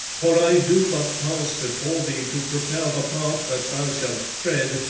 for i do but pass before thee to prepare the path that thou shalt tread,